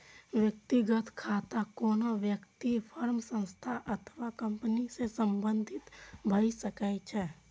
व्यक्तिगत खाता कोनो व्यक्ति, फर्म, संस्था अथवा कंपनी सं संबंधित भए सकै छै